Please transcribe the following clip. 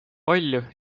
palju